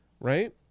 right